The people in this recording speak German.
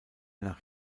nach